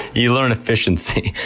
you learn efficiency.